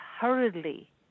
hurriedly